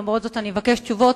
למרות זאת אבקש תשובות.